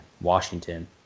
Washington